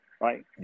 Right